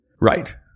Right